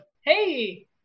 Hey